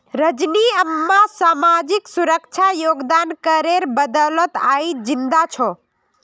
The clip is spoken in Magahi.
रजनी अम्मा सामाजिक सुरक्षा योगदान करेर बदौलत आइज जिंदा छ